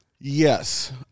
Yes